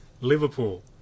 Liverpool